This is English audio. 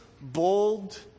bold